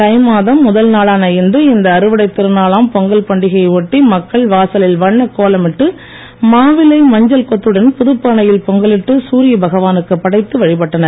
தை மாதம் முதல் நாளான இன்று இந்த அறுவடை திருநாளாம் பொங்கல் பண்டிகையை ஒட்டி மக்கள் வாசலில் வண்ணக் கோலம் இட்டு மாவிலை மஞ்சள் கொத்துடன் புதுப்பானையில் பொங்கலிட்டு சூரிய பகவானுக்கு படைத்து வழிபட்டனர்